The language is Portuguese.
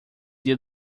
dia